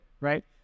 Right